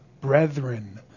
brethren